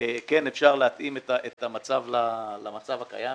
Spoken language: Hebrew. כן אפשר להתאים את המצב למצב הקיים.